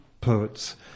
poets